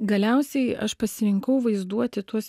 galiausiai aš pasirinkau vaizduoti tuos